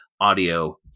audio